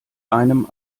einem